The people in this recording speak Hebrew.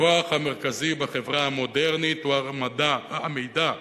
הכוח המרכזי בחברה המודרנית הוא המידע.